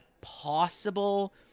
possible